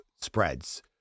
spreads